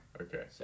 Okay